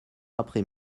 après